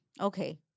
okay